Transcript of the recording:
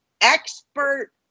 expert